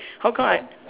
how come I